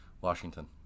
Washington